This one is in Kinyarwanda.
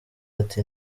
ati